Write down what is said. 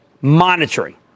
monitoring